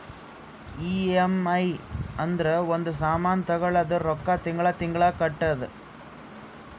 EMI ಅಂದುರ್ ಒಂದ್ ಸಾಮಾನ್ ತಗೊಳದು ರೊಕ್ಕಾ ತಿಂಗಳಾ ತಿಂಗಳಾ ಕಟ್ಟದು